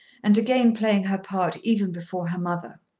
and again playing her part even before her mother.